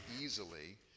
easily